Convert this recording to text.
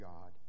God